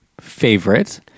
favorite